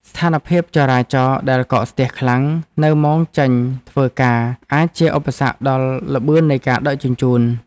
ស្ថានភាពចរាចរណ៍ដែលកកស្ទះខ្លាំងនៅម៉ោងចេញធ្វើការអាចជាឧបសគ្គដល់ល្បឿននៃការដឹកជញ្ជូន។